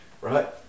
right